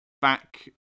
back